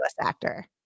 actor